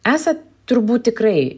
esat turbūt tikrai